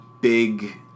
big